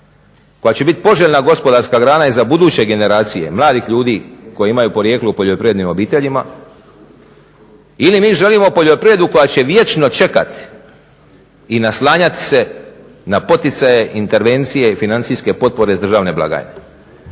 koja će biti poželjna gospodarska grana i za buduće generacije mladih ljudi koji imaju porijeklo u poljoprivrednim obiteljima ili mi želimo poljoprivredu koja će vječno čekati i naslanjati se na poticaje, intervencije i financijske potpore iz državne blagajne.